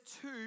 two